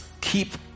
keep